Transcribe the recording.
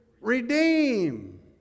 redeem